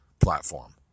platform